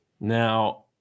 now